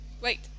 Wait